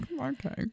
okay